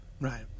right